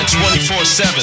24/7